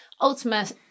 ultimate